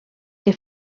que